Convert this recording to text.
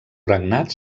regnat